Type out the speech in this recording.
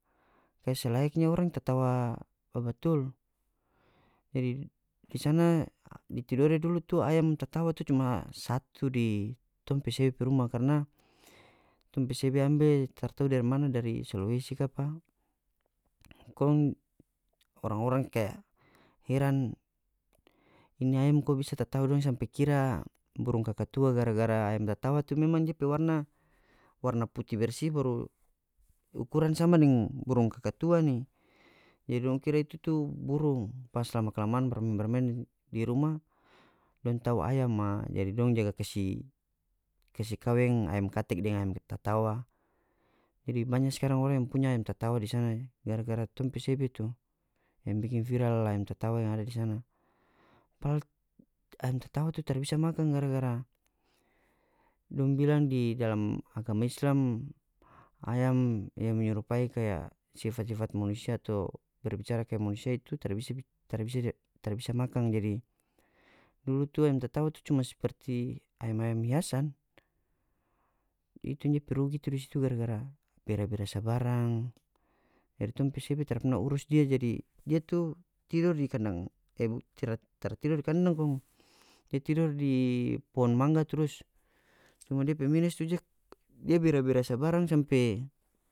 Kaya selayaknya orang tatawa babatul jadi di sana di tidore dulu tu ayam tatawa tu cuma satu di tong pe sebe pe rumah karna tong pe sebe ambe taratau dari mana dari dari sulawesi kapa kong orang-orang kaya heran ini ayam ko bisa tatawa dong sampe kira burung kakatua gara-gara ayam tatawa tu memang dia pe warna warna putih bersih baru ukuran sama deng burung kakatua ni jadi dong kira itu tu burung pas lama kelamaan barmaeng-barmaeng di rumah dong tau ayam ma jadi dong jaga kasi kasi kaweng ayam katek deng ayam tatawa jadi banya skarang orang yang punya ayam tatawa di sana gara-gara tong pe sebe tu yang bikin viral ayam tatawa yang ada di sana padahal ayam tatawa tu tara bisa makan gara-gara dong bilang di dalam agama islam ayam yang menyerupai kaya sifat sifat manusia atau berbicara kaya manusia itu tara bisa tara bisa tara bisa makan jadi dulu ayam tatawa tu cuma seperti ayam ayam hiasan itu nya pe rugi tu di situ gara-gara bera-bera sabarang jadi tong pe sebe tara perna urus dia jadi dia tu tidor di kandang tara tidor di kandang kong dia tidor di pohon mangga trus cuma dia pe mines tu dia dia bera-bera sabarang sampe.